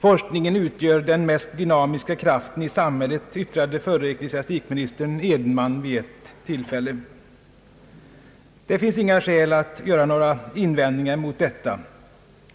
Forskningen utgör »den mest dynamiska kraften i samhället», yttrade = förre = ecklesiastikministern Edenman vid ett tillfälle. Det finns inga skäl att göra invändningar mot detta.